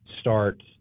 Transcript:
start